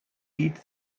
each